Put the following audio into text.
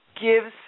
gives